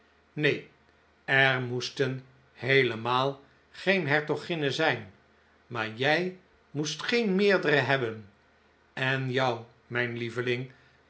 nee er moesten heelemaal geen hertoginnen zijn maar jij moest geen meerdere hebben en jou mijn lieveling